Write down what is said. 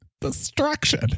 Destruction